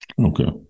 Okay